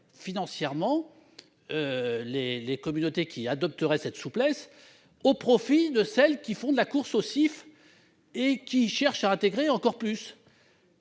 financièrement les communautés qui adopteraient cette souplesse, au profit de celles qui font la course au CIF, en intégrant toujours plus